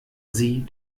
sie